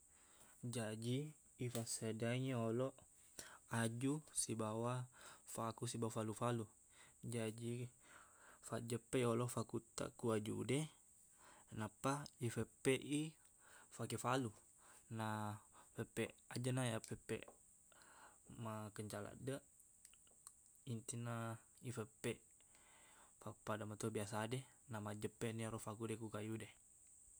Jaji ifas sediangngi yoloq aju sibawa faku sibawa falu-falu jaji fajjeppe yoloq fakuttaq ku ajude nappa ifeffeq i fake falu na feffeq ajana iya feffeq makencang laddeq intinna ifeffeq pappada mato biasa de namajeppeni ero faku de ku kayu de